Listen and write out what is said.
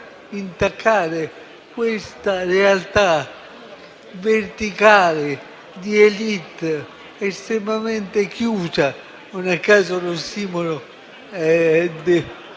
intaccare questa realtà verticale, di *élite* estremamente chiusa (non a caso l'ossimoro